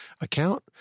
account